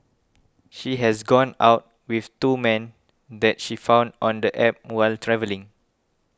she has gone out with two men that she found on the App while travelling